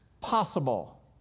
possible